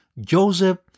Joseph